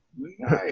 Nice